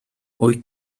wyt